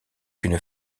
qu’une